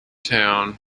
town